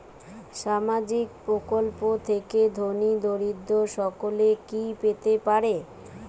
সামাজিক প্রকল্প থেকে ধনী দরিদ্র সকলে কি পেতে পারে?